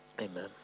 Amen